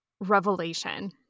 revelation